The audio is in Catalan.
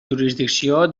jurisdicció